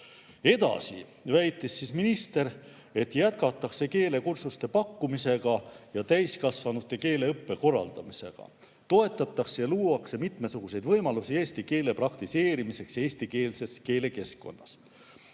Edasi väitis minister, et jätkatakse keelekursuste pakkumist ja täiskasvanutele keeleõppe korraldamist ning toetatakse ja luuakse mitmesuguseid võimalusi eesti keele praktiseerimiseks eestikeelses keskkonnas.